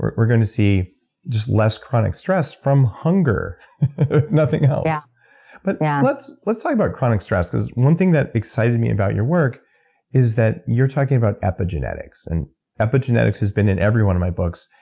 we're going to see just less chronic stress from hunger, if nothing else. yeah but yeah let's let's talk about chronic stress, because one thing that excited me about your work is that you're talking about epigenetics. and epigenetics has been in every one of my books.